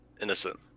innocent